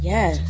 Yes